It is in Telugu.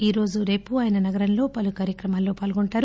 ఈరోజు రేపు ఆయన నగరంలో పలు కార్యక్రమాలలో పాల్గొంటారు